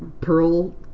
pearl